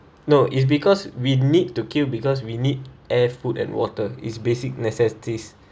no it's because we need to kill because we need air food and water is basic necessities